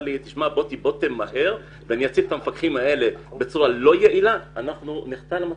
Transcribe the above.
עלי ואני אציב את המפקחים הללו בצורה לא יעילה אנחנו נחטא למטרתנו.